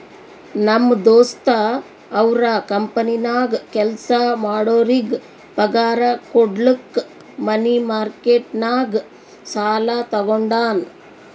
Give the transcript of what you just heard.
ನಮ್ ದೋಸ್ತ ಅವ್ರ ಕಂಪನಿನಾಗ್ ಕೆಲ್ಸಾ ಮಾಡೋರಿಗ್ ಪಗಾರ್ ಕುಡ್ಲಕ್ ಮನಿ ಮಾರ್ಕೆಟ್ ನಾಗ್ ಸಾಲಾ ತಗೊಂಡಾನ್